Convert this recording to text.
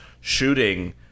shooting